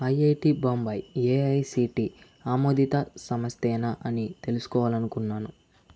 IIT Bombay AICTE ఆమోదిత సంస్థేనా అని తెలుసుకోవాలనుకున్నాను